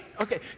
Okay